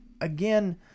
again